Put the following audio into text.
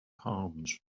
palms